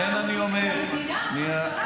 לכן אני אומר, שנייה.